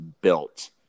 built